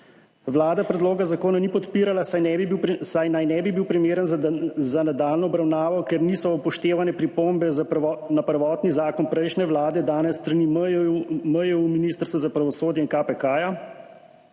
Vlada predloga zakona ni podpirala, saj naj ne bi bil primeren za nadaljnjo obravnavo, ker niso bile upoštevane pripombe na prvotni zakon prejšnje vlade, dane s strani Ministrstva za javno upravo,